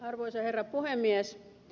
arvoisa herra puhemies